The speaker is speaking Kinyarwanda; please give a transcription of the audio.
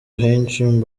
benshi